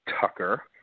Tucker